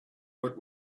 what